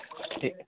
ଠିକ୍ ଅଛି